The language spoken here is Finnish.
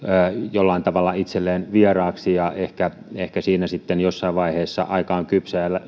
jollain tavalla itselleen vieraaksi ehkä ehkä siinä sitten jossain vaiheessa aika on kypsä ja